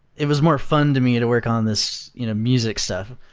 it was more fun to me to work on this you know music stuff,